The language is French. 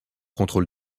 contrôle